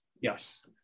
Yes